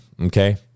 Okay